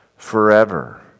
forever